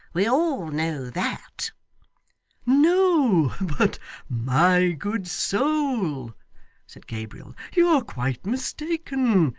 we all know that no, but my good soul said gabriel, you are quite mistaken.